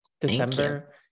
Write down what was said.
December